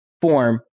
form